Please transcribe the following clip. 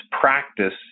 practice